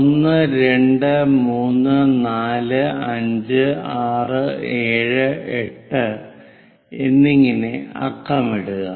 1 2 3 4 5 6 7 8 എന്നിങ്ങനെ അക്കമിടുക